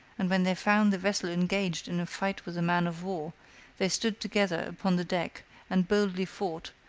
and when they found the vessel engaged in a fight with a man-of-war, they stood together upon the deck and boldly fought,